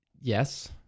yes